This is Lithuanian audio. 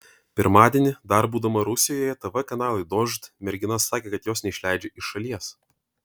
pirmadienį dar būdama rusijoje tv kanalui dožd mergina sakė kad jos neišleidžia iš šalies